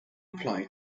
apply